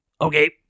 Okay